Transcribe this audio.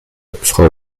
frau